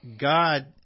God